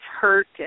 hurt